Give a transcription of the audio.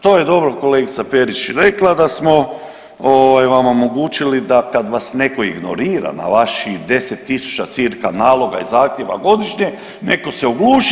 To je dobro kolegica Perić rekla, da smo vam omogućili da kad vas netko ignorira na vaših 10000 cirka naloga i zahtjeva godišnje netko se ogluši.